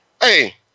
hey